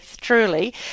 truly